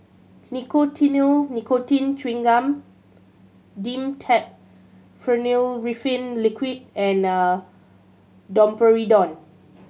Nicotinell Nicotine Chewing Gum Dimetapp Phenylephrine Liquid and Domperidone